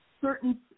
certain